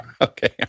Okay